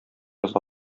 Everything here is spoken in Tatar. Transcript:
яза